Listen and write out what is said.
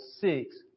six